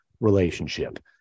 relationship